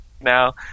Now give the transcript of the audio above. now